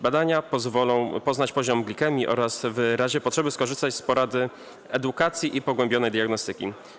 Badania pozwolą poznać poziom glikemii oraz, w razie potrzeby, skorzystać z porady edukacyjnej i pogłębionej diagnostyki.